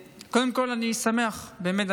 קודם כול אני שמח, באמת.